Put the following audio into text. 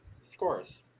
Scores